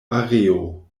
areo